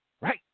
Right